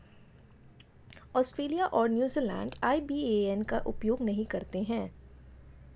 Australia और New Zealand IBAN का उपयोग नहीं करते हैं